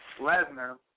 Lesnar